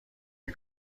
این